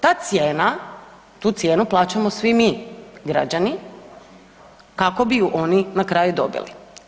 Ta cijena, tu cijenu plaćamo svi mi građani kako bi ju oni na kraju dobili.